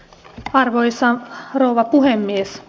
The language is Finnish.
arvoisa rouva puhemies